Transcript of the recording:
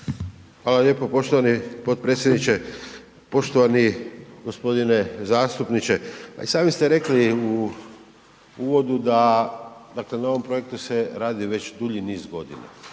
Hvala lijepo poštovani potpredsjedniče. Poštovani g. zastupniče, i sami ste rekli u uvodu da dakle na ovom projektu se radi već dulji niz godina,